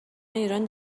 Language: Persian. ایران